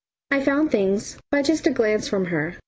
i found things by just a glance from her,